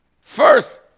First